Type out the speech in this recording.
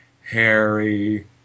Harry